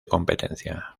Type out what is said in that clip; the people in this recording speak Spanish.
competencia